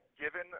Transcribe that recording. given